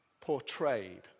portrayed